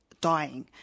dying